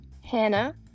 Hannah